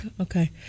Okay